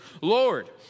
Lord